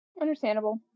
understandable